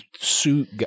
suit